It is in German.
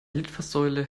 litfaßsäule